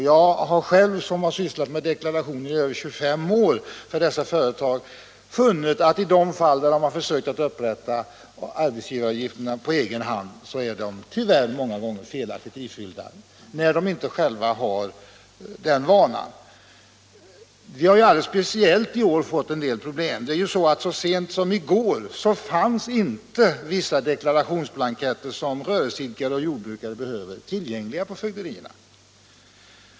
Jag har sysslat med liknande deklarationer i över 25 år, och jag har funnit att i de fall dessa företagare har försökt att upprätta arbetsgivaruppgifterna på egen hand så har de tyvärr många gånger blivit felaktigt ifyllda, eftersom man inte är van vid sådant. Speciellt i år har vi fått en del problem med detta. Så sent som i går fanns nämligen inte vissa av de deklarationsblanketter som rörelseidkare och jordbrukare behöver tillgängliga på fögderierna.